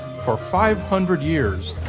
for five hundred years,